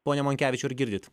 pone monkevičiau ar girdit